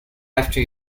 after